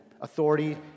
authority